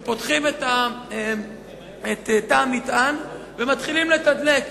הם פותחים את תא המטען ומתחילים לתדלק.